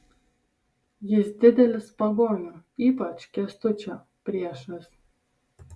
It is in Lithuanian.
jis didelis pagonių ypač kęstučio priešas